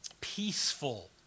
peaceful